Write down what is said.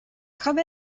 come